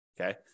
Okay